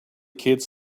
kids